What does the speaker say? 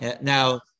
Now